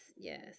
yes